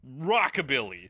rockabilly